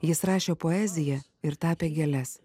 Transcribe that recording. jis rašė poeziją ir tapė gėles